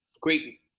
Great